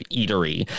eatery